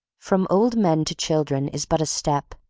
from old men to children is but a step,